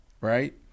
Right